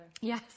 Yes